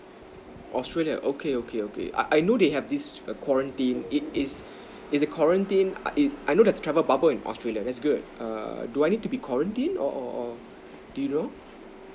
australia okay okay okay I I know they have this quarantine it is is the quarantine it's I know there's travel bubble in australia that's good err do I need to be quarantined or or or do you know